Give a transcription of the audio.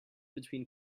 between